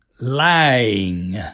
Lying